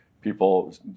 people